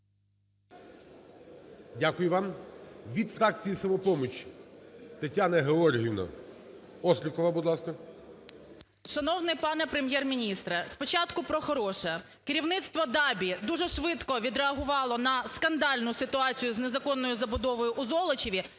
Дякую вам. Від фракції "Самопоміч" Тетяна Георгіївна Острікова, будь ласка. 10:27:25 ОСТРІКОВА Т.Г. Шановний пане Прем’єр-міністре! Спочатку про хороше. Керівництво ДАБІ дуже швидко відреагувало на скандальну ситуацію з незаконною забудовою у Золочеві,